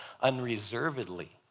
unreservedly